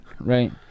Right